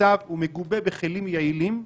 מתוקצב ומגובה בכלים יעילים.